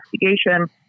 Investigation